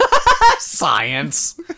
Science